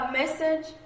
message